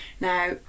Now